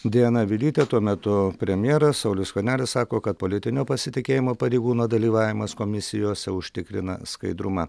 diana vilyte tuo metu premjeras saulius skvernelis sako kad politinio pasitikėjimo pareigūno dalyvavimas komisijose užtikrina skaidrumą